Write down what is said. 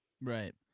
right